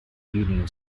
union